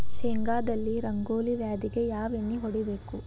ಶೇಂಗಾದಲ್ಲಿ ರಂಗೋಲಿ ವ್ಯಾಧಿಗೆ ಯಾವ ಎಣ್ಣಿ ಹೊಡಿಬೇಕು?